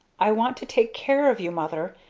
i want to take care of you, mother,